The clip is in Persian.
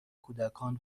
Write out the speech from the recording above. کودکان